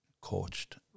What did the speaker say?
coached